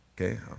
okay